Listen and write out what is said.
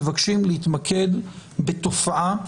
מבקשים להתמקד בתופעה